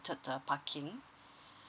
parking